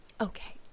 Okay